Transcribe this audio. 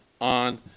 on